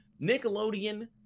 nickelodeon